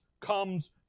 comes